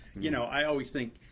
you know, i always think,